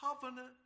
covenant